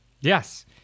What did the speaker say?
Yes